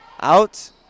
out